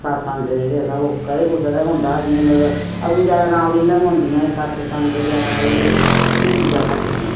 ते सतसंग जेह्ड़े ते ओह् कदें कुसा दे के होंदा हा मतलब अदूं ज्यादा राम लीलां गै होंदियां हियां एह् सतसंग जां एह् एह् चीजां घट्ट हियां